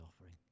offering